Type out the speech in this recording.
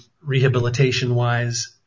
rehabilitation-wise